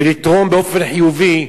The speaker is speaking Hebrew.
ולתרום באופן חיובי,